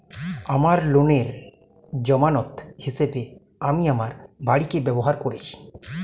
আমার লোনের জামানত হিসেবে আমি আমার বাড়িকে ব্যবহার করেছি